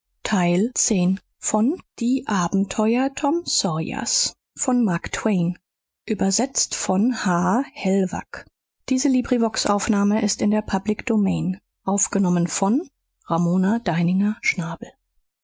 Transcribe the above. die abenteuer tom sawyers